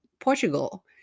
Portugal